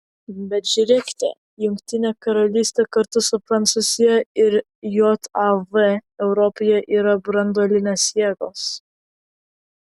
bet žiūrėkite jungtinė karalystė kartu su prancūzija ir jav europoje yra branduolinės jėgos